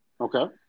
okay